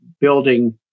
building